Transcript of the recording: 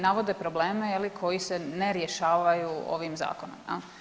Navode probleme koji se ne rješavaju ovim zakonom.